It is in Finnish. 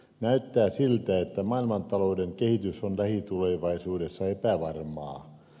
näyttää siltä että maailmantalouden kehitys on lähitulevaisuudessa epävarmaa